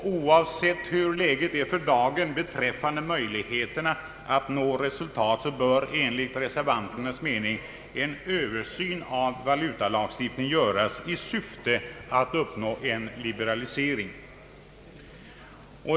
Oavsett hur läget är för dagen beträffande möjligheterna att nå resultat bör enligt reservanternas mening en översyn av valutalagstiftningen göras i syfte att uppnå en liberalisering.